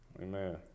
Amen